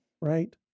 right